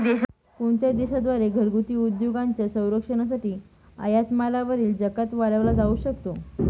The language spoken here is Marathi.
कोणत्याही देशा द्वारे घरगुती उद्योगांच्या संरक्षणासाठी आयात मालावरील जकात वाढवला जाऊ शकतो